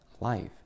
life